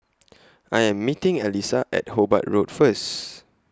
I Am meeting Elyssa At Hobart Road First